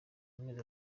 amezi